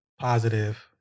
positive